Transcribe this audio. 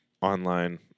online